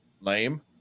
lame